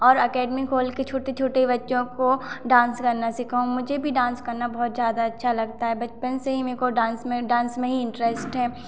और एकेडमी खोलकर छोटे छोटे बच्चों को डांस करना सिखाऊं मुझे भी डांस करना बहुत ज्यादा अच्छा लगता है बचपन से ही मेरे को डांस में डांस में ही इंटरेस्ट है